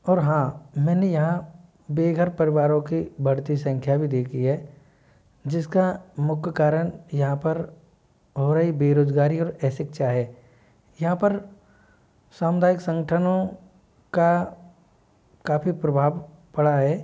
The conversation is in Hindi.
और हाँ मैंने यहाँ बेघर परिवारों की बढ़ती संख्या भी देखि है जिस का मुख्य कारण यहाँ पर हो रही बेरोज़गारी और अशिक्षा है यहाँ पर सामुदायिक संगठनों का काफ़ी प्रभाव पड़ा है